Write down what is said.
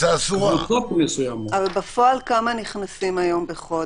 אבל בפועל כמה נכנסים בחודש?